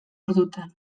ordutan